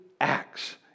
acts